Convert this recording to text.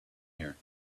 here